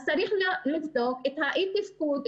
צריך לבדוק את אי התפקוד,